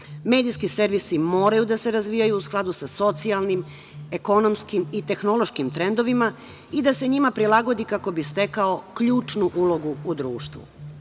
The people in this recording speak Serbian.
Medijski servisi moraju da se razvijaju u skladu sa socijalnim, ekonomskim i tehnološkim trendovima i da se njima prilagodi kako bi stekao ključnu ulogu u društvu. Medijski